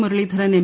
Muraleedharan M